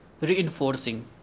reinforcing